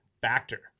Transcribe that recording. Factor